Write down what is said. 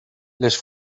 les